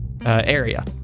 area